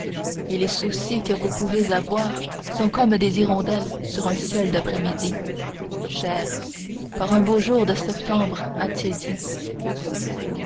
et les soucis que vous pouvez avoir sont comme des hirondelles sur un ciel d'après-midi chère par un beau jour de septembre